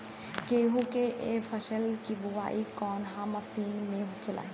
गेहूँ के फसल की बुवाई कौन हैं महीना में होखेला?